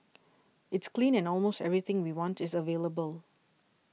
it's clean and almost everything we want is available